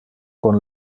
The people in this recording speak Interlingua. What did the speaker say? con